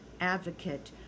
advocate